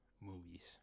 movies